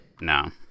No